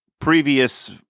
previous